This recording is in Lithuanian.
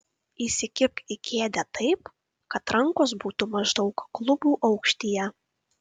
įsikibk į kėdę taip kad rankos būtų maždaug klubų aukštyje